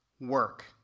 work